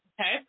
Okay